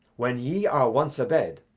when ye are once a bed,